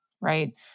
right